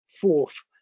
fourth